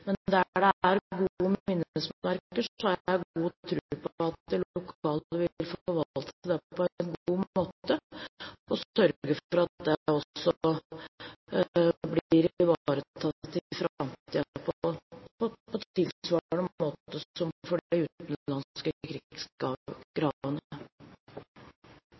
Men der det er minnesmerker, har jeg god tro på at de lokale vil forvalte dette på en god måte, og sørge for at det også blir ivaretatt i framtiden på en tilsvarende måte som